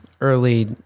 early